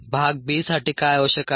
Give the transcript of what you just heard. भाग b साठी काय आवश्यक आहे